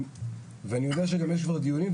אבל אני יודע שיש כבר דיונים,